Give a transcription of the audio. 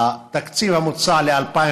התקציב המוצע ל-2019